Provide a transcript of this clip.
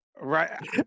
Right